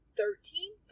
thirteen